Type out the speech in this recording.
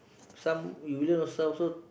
some you learn yourself also